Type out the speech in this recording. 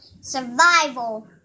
survival